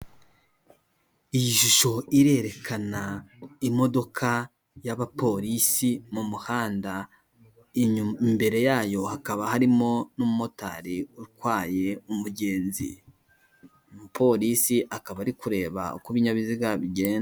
Iyi shusho irerekana imodoka y'abapolisi mu muhanda imbere yayo hakaba harimo n'umumotari utwaye umugenzi. Umupolisi akaba ari kureba uko ibinyabiziga bigenda.